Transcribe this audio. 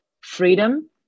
freedom